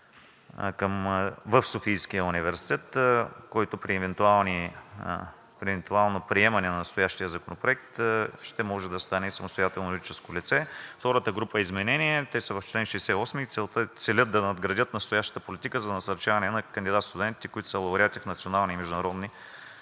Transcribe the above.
в Софийския университет, който при евентуално приемане на настоящия законопроект ще може да стане и самостоятелно юридическо лице. Втората група изменения – те са в чл. 68, целят да надградят настоящата политика за насърчаване на кандидат-студентите, които са лауреати в национални и международни